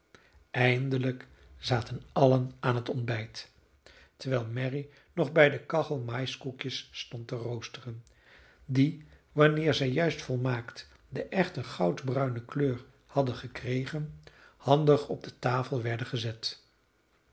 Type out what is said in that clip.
eindelijk zaten allen aan het ontbijt terwijl mary nog bij de kachel maïskoekjes stond te roosteren die wanneer zij juist volmaakt de echte goudbruine kleur hadden gekregen handig op de tafel werden gezet